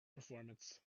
performance